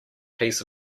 piece